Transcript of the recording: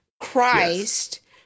Christ